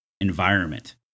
environment